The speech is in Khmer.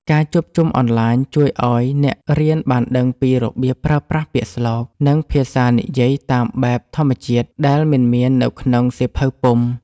ការជួបជុំអនឡាញជួយឱ្យអ្នករៀនបានដឹងពីរបៀបប្រើប្រាស់ពាក្យស្លោក និងភាសានិយាយតាមបែបធម្មជាតិដែលមិនមាននៅក្នុងសៀវភៅពុម្ព។